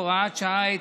הוראת שעה),